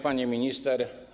Pani Minister!